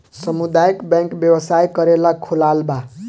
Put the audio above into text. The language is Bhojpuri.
सामुदायक बैंक व्यवसाय करेला खोलाल बा